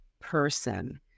person